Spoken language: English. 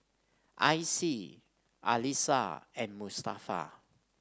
Icie Alysha and Mustafa